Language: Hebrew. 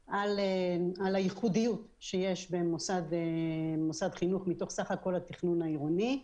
הייחודיות שיש במוסד חינוך מתוך סך כל התכנון העירוני.